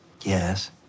Yes